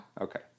Okay